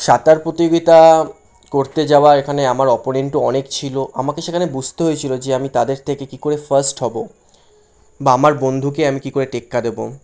সাঁতার প্রতিযোগিতা করতে যাওয়ার এখানে আমার অপনেন্টও অনেক ছিলো আমাকে সেখানে বুঝতে হয়েছিলো যে আমি তাদের থেকে কী করে ফার্স্ট হবো বা আমার বন্ধুকে আমি কী করে টেক্কা দেবো